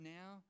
now